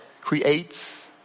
creates